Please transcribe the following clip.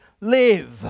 live